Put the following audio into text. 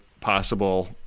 possible